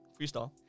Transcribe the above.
Freestyle